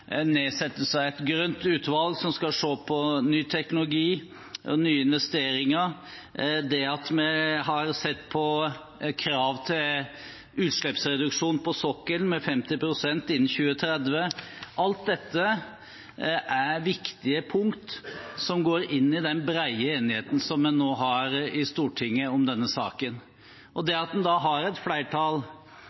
skal se på ny teknologi og nye investeringer. Vi har også sett på krav til utslippsreduksjon på sokkelen på 50 pst. innen 2030. Alt dette er viktige punkt som går inn i den brede enigheten vi nå har i Stortinget om denne saken. At det er et flertall fra Fremskrittspartiet, via regjeringspartiene, til Arbeiderpartiet og Senterpartiet, viser at